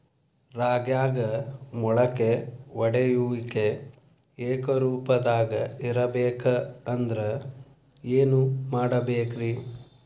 ರಾಗ್ಯಾಗ ಮೊಳಕೆ ಒಡೆಯುವಿಕೆ ಏಕರೂಪದಾಗ ಇರಬೇಕ ಅಂದ್ರ ಏನು ಮಾಡಬೇಕ್ರಿ?